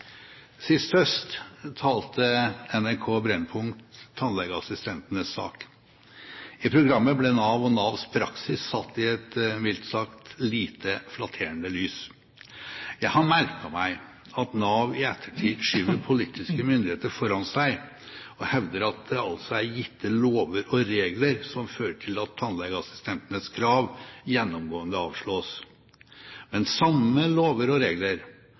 Sist høst talte NRK Brennpunkt tannlegeassistentenes sak. I programmet ble Nav og Navs praksis satt i et mildt sagt lite flatterende lys. Jeg har merket meg at Nav i ettertid skyver politiske myndigheter foran seg og hevder at det er gitte lover og regler som fører til at tannlegeassistentenes krav gjennomgående avslås, men samme lover og regler